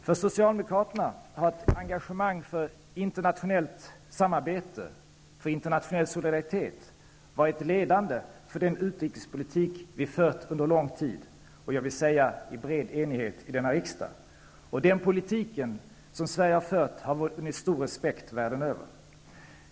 För Socialdemokraterna har ett engagemang för internationellt samarbete, för internationell solidaritet, varit ledande för den utrikespolitik som vi fört under lång tid -- och, vill jag säga, i bred enighet i denna riksdag. Den politik som Sverige fört har vunnit stor respekt världen över.